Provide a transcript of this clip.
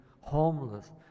Homeless